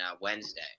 Wednesday